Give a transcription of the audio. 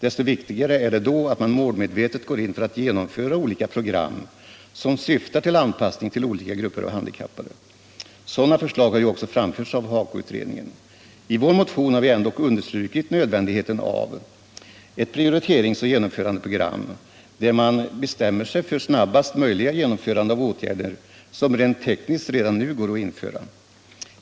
Desto viktigare är det då att man målmedvetet går in för att genomföra olika program som syftar till anpassning till olika grupper av handikappade. Sådana förslag har ju också framförts av HAKO-utredningen. I vår motion har vi ändå understrukit nödvändigheten av ett prioriterings och genomförandeprogram där man bestämmer sig för snabbaste möjliga genomförande av åtgärder som rent tekniskt redan nu går att vidta.